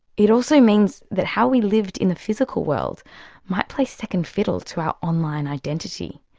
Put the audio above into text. it also means that how we lived in the physical world might play second fiddle to our online identity.